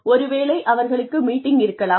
ஒருவேளை அவர்களுக்கு மீட்டிங் இருக்கலாம்